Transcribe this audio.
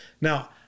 Now